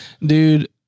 Dude